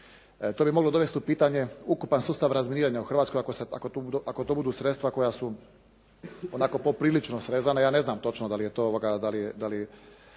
To bi moglo dovesti u pitanje ukupan sustav razminiranja u Hrvatskoj ako to budu sredstva koja su onako poprilično srezana. Ja ne znam točno da li su